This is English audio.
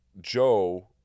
Joe